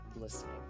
listening